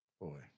Boy